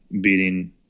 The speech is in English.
beating